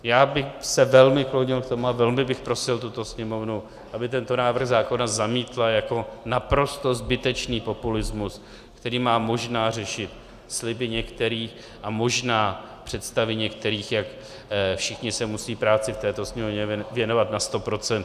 Já bych se velmi klonil k tomu a velmi bych prosil Sněmovnu, aby tento návrh zákona zamítla jako naprosto zbytečný populismus, který má možná řešit sliby některých a možná představy některých, jak všichni se musí práci v této Sněmovně věnovat na sto procent.